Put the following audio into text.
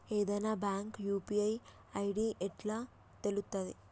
ఏదైనా bank UPI ID ఎట్లా తెలుత్తది?